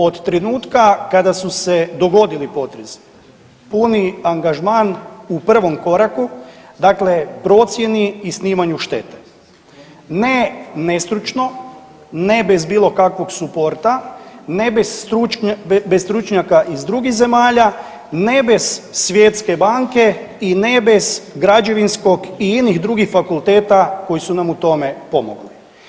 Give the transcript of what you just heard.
Od trenutka kada su se dogodili potresi puni angažman u prvom koraku, dakle procjeni i snimanju štete ne nestručno, ne bez bilo kakvog suporta, ne bez stručnjaka iz drugih zemalja, ne bez Svjetske banke i ne bez građevinskog i inih drugih fakulteta koji su nam u tome pomogli.